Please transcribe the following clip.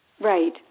Right